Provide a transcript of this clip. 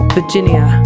Virginia